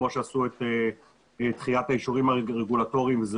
כמו שעשו את דחיית האישורים הרגולטוריים וזה